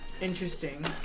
interesting